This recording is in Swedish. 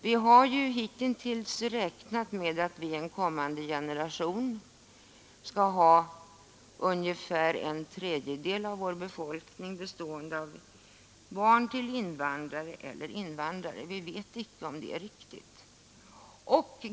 Vi har hittills räknat med att för en kommande generation skall ungefär en tredjedel av befolkningen bestå av invandrare eller barn till invandrare. Vi vet icke om det är riktigt.